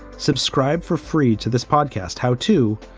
subscribe for free to this podcast. how to.